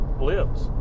lives